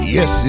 Yes